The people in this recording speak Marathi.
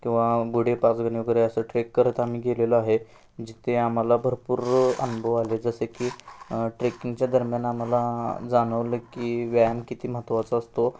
किंवा गुडेपाचगणी वगैरे असं ट्रेक करत आम्ही गेलेलो आहे जिथे आम्हाला भरपूर अनुभव आले जसे की ट्रेकिंगच्या दरम्यान आम्हाला जाणवलं की व्यायाम किती महत्वाचा असतो